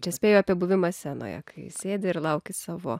čia spėju apie buvimą scenoje kai sėdi ir lauki savo